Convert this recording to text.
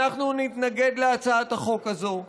אנחנו נתנגד להצעת החוק הזאת,